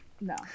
no